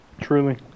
truly